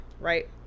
right